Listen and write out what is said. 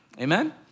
Amen